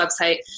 website